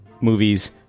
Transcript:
movies